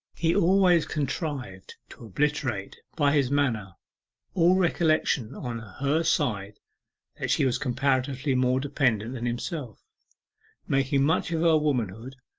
he always contrived to obliterate by his manner all recollection on her side that she was comparatively more dependent than himself making much of her womanhood,